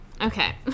Okay